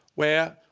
where,